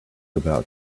about